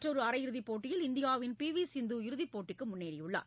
மற்றொரு அரையிறுதிப் போட்டியில் இந்தியாவின் பி வி சிந்து இறுதிப் போட்டிக்கு முன்னேறியுள்ளார்